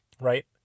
right